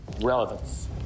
Relevance